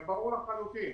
אבל ברור לחלוטין